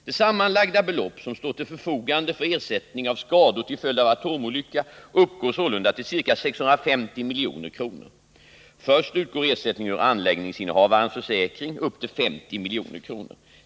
Det sammanlagda belopp som står till förfogande för ersättning av skador till följd av atomolycka uppgår sålunda till ca 650 milj.kr. Först utgår ersättning ur anläggningsinnehavarens försäkring upp till 50 milj.kr.